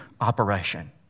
operation